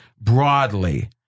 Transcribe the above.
broadly